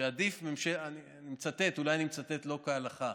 אני מצטט, אולי אני מצטט לא כהלכה,